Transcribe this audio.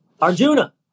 Arjuna